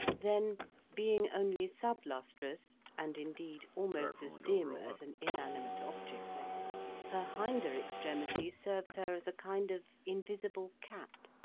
then being only sub-lustrous, and, indeed, almost as dim as an inanimate object her hinder extremity serves her as a kind of invisible cap.